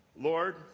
Lord